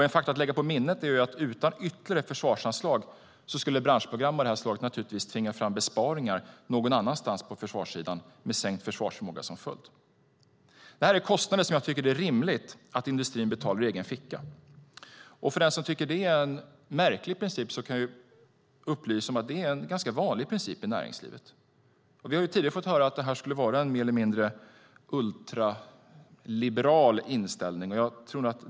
En faktor att lägga på minnet är att utan ytterligare försvarsanslag skulle branschprogram av det här slaget tvinga fram besparingar någon annanstans på försvarssidan, med sänkt försvarsförmåga som följd. Det här är kostnader som jag tycker att det är rimligt att industrin betalar ur egen ficka. Om någon tycker att det är en märklig princip kan jag upplysa om att det är en ganska vanlig princip i näringslivet. Vi har tidigare fått höra att det skulle vara en mer eller mindre ultraliberal inställning.